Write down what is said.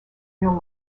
real